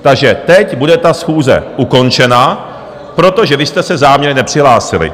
Takže teď bude ta schůze ukončena, protože vy jste se záměrně nepřihlásili.